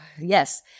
Yes